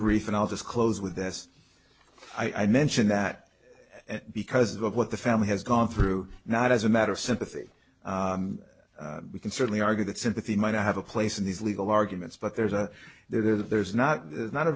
brief and i'll just close with this i mentioned that because of what the family has gone through not as a matter of sympathy we can certainly argue that sympathy might have a place in these legal arguments but there's a there's not there's not a